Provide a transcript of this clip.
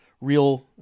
real